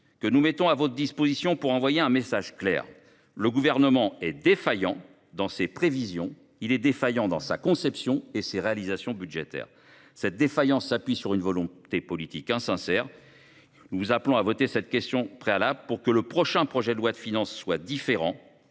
que nous mettons à votre disposition pour envoyer un message clair : le Gouvernement est défaillant dans ses prévisions, dans sa conception et dans ses réalisations budgétaires. Cette défaillance s’appuie sur une volonté politique d’insincérité. Votons cette question préalable, pour que le prochain projet de loi de finances soit différent.